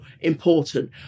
important